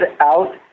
out